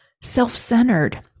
self-centered